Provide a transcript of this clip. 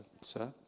sir